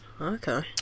Okay